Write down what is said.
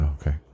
okay